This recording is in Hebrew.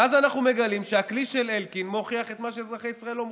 ואז אנחנו מגלים שהכלי של אלקין מוכיח את מה שאזרחי ישראל אומרים,